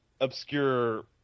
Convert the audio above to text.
obscure